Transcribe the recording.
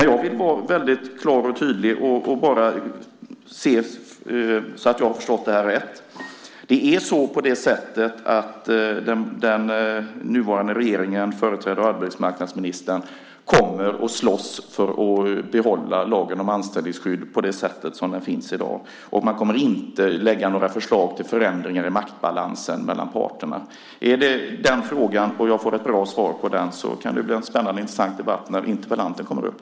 Jag vill vara klar och tydlig och förvissa mig om att jag har förstått det här rätt. Kommer den nuvarande regeringen, företrädd av arbetsmarknadsministern, att slåss för att behålla lagen om anställningsskydd på det sätt den finns i dag? Kommer man att lägga fram några förslag till förändringar i maktbalansen mellan parterna? Om jag kan få ett bra svar på detta kan det bli en spännande och intressant debatt när interpellanten kommer upp.